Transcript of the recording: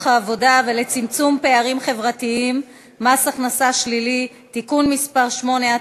העבודה ולצמצום פערים חברתיים (מס הכנסה שלילי) (תיקון מס' 8),